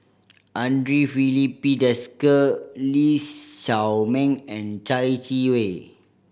Andre Filipe Desker Lee Shao Meng and Chai Yee Wei